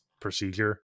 procedure